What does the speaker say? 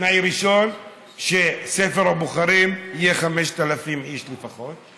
תנאי ראשון, שספר הבוחרים יהיה 5,000 איש לפחות,